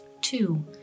Two